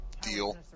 deal